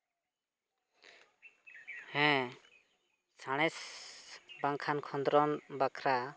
ᱦᱮᱸ ᱥᱟᱬᱮᱥ ᱵᱟᱝᱠᱷᱟᱱ ᱠᱷᱚᱸᱫᱽᱨᱚᱱ ᱵᱟᱠᱷᱨᱟ